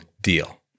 deal